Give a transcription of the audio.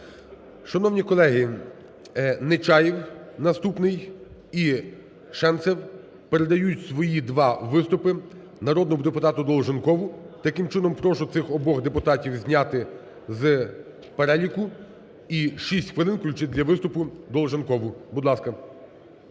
Шановні колеги, Нечаєв наступний і Шемцев передають свої два виступи народному депутату Долженкову. Таким чином, прошу цих обох депутатів зняти з переліку і шість хвилин включити для виступу Долженкову. Будь ласка.